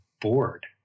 bored